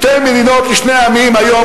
שתי מדינות לשני עמים היום,